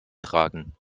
tragen